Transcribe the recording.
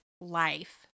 life